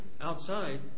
outside